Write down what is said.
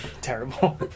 Terrible